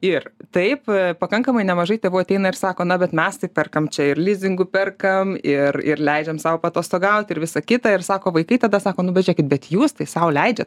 ir taip pakankamai nemažai tėvų ateina ir sako na bet mes tai perkam čia ir lizingu perkam ir ir leidžiam sau paatostogauti ir visą kitą ir sako vaikai tada sako nu bet žėkit bet jūs tai sau leidžiat